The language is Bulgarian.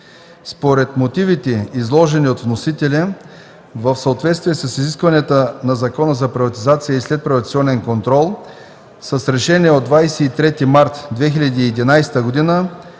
Според мотивите, изложени от вносителя, в съответствие с изискванията на Закона за приватизация и следприватизационен контрол, с Решение от 23 март 2011 г.